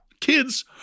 kids